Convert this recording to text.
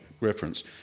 reference